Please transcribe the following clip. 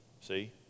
See